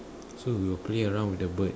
so we would play around with the bird